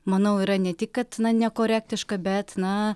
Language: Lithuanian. manau yra ne tik kad nekorektiška bet na